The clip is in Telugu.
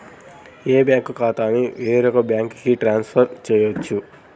నా బ్యాంక్ ఖాతాని వేరొక బ్యాంక్కి ట్రాన్స్ఫర్ చేయొచ్చా?